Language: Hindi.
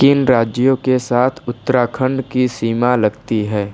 किन राज्यों के साथ उत्तराखंड की सीमा लगती है